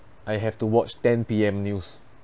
I have to watch ten P_M news